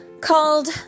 called